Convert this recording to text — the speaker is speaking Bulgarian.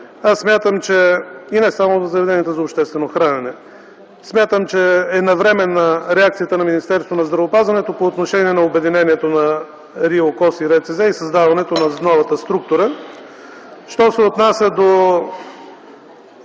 хранене, и не само за заведенията за обществено хранене. Аз смятам, че е навременна реакцията на Министерството на здравеопазването по отношение на обединението на РИОКОЗ и РЦЗ и създаването на новата структура. Що се отнася до